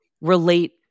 relate